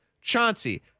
Chauncey